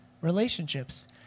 relationships